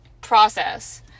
process